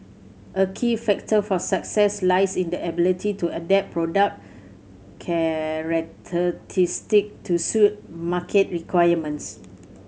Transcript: a key factor for success lies in the ability to adapt product to suit market requirements